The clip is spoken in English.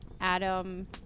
Adam